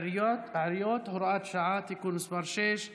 העיריות (הוראת שעה) (תיקון מס' 6),